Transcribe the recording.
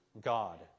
God